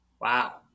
wow